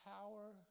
power